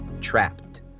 trapped